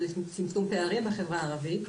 לצמצום פערים בחברה הערבית.